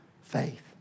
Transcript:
faith